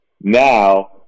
now